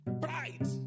Pride